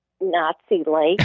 Nazi-like